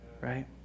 right